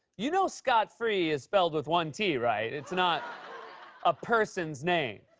you know scot-free is spelled with one t, right? it's not a person's name.